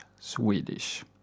Swedish